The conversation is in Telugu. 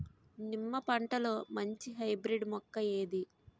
నిమ్మ పంటలో మంచి హైబ్రిడ్ మొక్క ఏది?